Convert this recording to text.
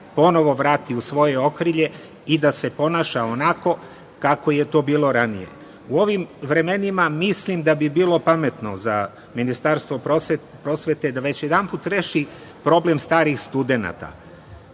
ponovo vrati u svoje okrilje i da se ponaša onako kako je to bilo ranije.U ovim vremenima mislim da bi bilo pametno za Ministarstvo prosvete da već jedanput reši problem starih studenata.